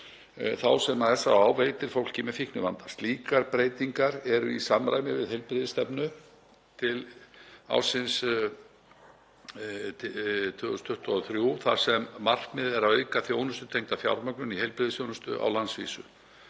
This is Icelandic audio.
sem SÁÁ veitir fólki með fíknivanda. Slíkar breytingar eru í samræmi við heilbrigðisstefnu til ársins 2023 þar sem markmiðið er að auka þjónustutengda fjármögnun í heilbrigðisþjónustu á landsvísu.